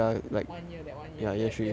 one year that one year the year three